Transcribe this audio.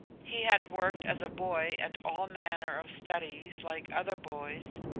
he had worked as a boy at all manner of studies like other boys,